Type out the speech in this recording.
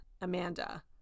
Amanda